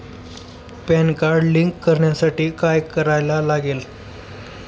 Pan card link करण्यासाठी काय करायला लागते?